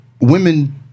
women